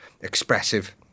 expressive